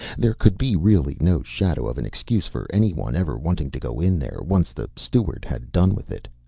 there could be really no shadow of an excuse for anyone ever wanting to go in there, once the steward had done with it.